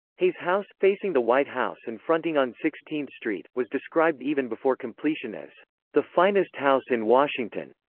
hay's house, facing the white house and fronting on sixteenth street, was described even before completion as the finest house in washington.